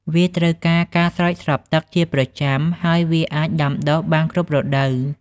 វាត្រូវការការស្រោចស្រពទឹកជាប្រចាំ ហើយវាអាចដាំដុះបានគ្រប់រដូវ។